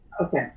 Okay